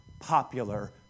popular